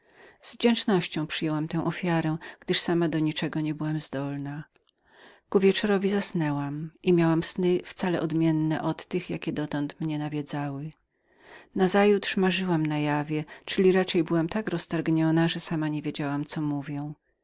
z wdzięcznością przyjęłam tę ofiarę gdyż sama do niczego nie byłam zdolną ku wieczorowi zasnęłam i miałam sny cale odmienne od tych jakie dotąd mnie nawiedziały nazajutrz marzyłam na jawie czyli raczej byłam tak roztargnioną że sama niewiedziałam co mówiłam